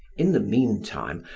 in the meantime,